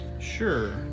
sure